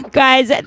guys